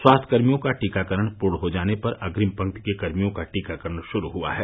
स्वास्थ्यकर्मियों का टीकाकरण पूर्ण हो जाने पर अग्निम पंक्ति के कर्मियों का टीकाकरण शुरू हुआ है